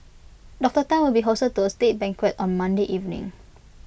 Doctor Tan will be hosted to A state banquet on Monday evening